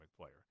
player